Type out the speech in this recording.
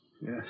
yes